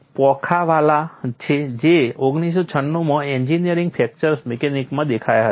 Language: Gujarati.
પાંખાવાલા છે જે 1996 માં એન્જિનિયરિંગ ફ્રેક્ચર મિકેનિક્સમાં દેખાયા હતા